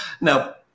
now